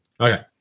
Okay